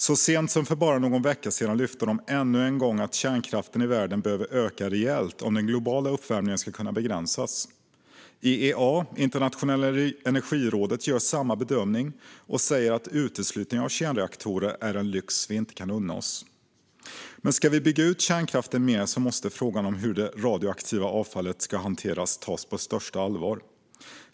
Så sent som för bara någon vecka sedan lyfte de ännu en gång att kärnkraften i världen behöver öka rejält om den globala uppvärmningen ska kunna begränsas. IEA, Internationella energirådet, gör samma bedömning och säger att uteslutning av kärnreaktorer är en lyx vi inte kan unna oss. Men ska vi bygga ut kärnkraften mer måste frågan om hur det radioaktiva avfallet ska hanteras tas på största allvar.